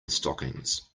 stockings